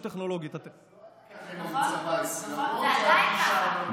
אדישות טכנולוגית אבל זה לא היה ככה עם ערוץ 14. למרות שהייתה דרישה,